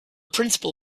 principle